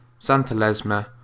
xanthalesma